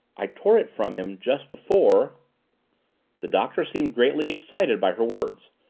i tore it from him just before the doctor seemed greatly excited by her words.